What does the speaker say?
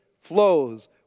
flows